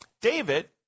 David